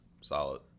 Solid